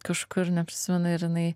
kažkur neprisimenu ir jinai